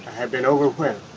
have been overwhelmed.